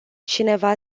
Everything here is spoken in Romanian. cineva